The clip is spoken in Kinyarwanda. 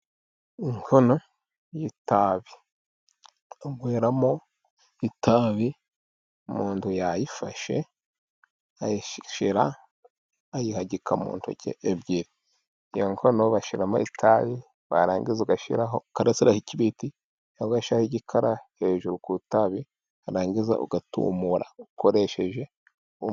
Inkono y'itabi banyweramo itabi, umuntu yayifashe ayishyira, ayihagika mu ntoki ebyiri, iyo nkono bashyiramo itabi, warangiza ugashyiraho, ukarasiraho ikibiriti, ugashiraho igikara hejuru ku itabi, warangiza ugatumura ukoresheje umunwa.